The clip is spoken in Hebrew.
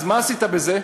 אז מה עשית בזה?